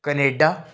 Canada